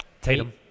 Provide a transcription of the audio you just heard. Tatum